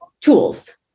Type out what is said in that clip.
tools